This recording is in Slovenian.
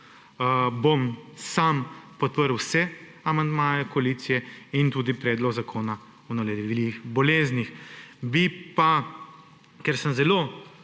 bom sam podprl vse amandmaje koalicije in tudi predlog Zakona o nalezljivih boleznih. Bi pa, ker sem zelo